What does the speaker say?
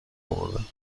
اوردم